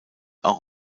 auch